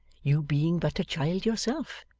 you being but a child yourself.